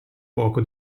poco